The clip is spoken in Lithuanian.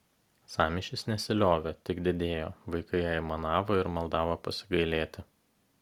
sąmyšis nesiliovė tik didėjo vaikai aimanavo ir maldavo pasigailėti